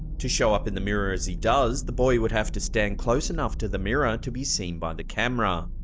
to show up in the mirror as he does, the boy would have to stand close enough to the mirror to be seen by the camera.